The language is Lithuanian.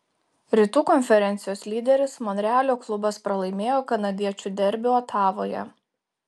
rytų konferencijos lyderis monrealio klubas pralaimėjo kanadiečių derbį otavoje